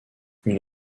une